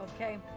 Okay